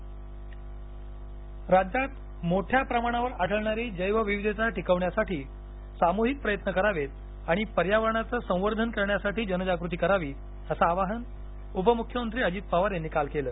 वन्यजीव दिन राज्यात मोठ्या प्रमाणावर आढळणारी जैव विविधता टिकविण्यासाठी सामूहिक प्रयत्न करावेत आणि पर्यावरणाचं संवर्धन करण्यासाठी जनजागृती करावी असं आवाहन उपमुख्यमंत्री अजित पवार यांनी काल केलं